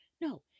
no